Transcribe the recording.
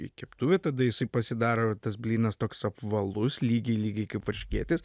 į keptuvę tada jisai pasidaro tas blynas toks apvalus lygiai lygiai kaip varškėtis